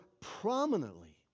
prominently